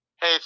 hey